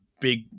big